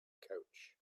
couch